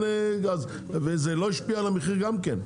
וגם זה לא השפיע על המחיר.